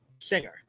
singer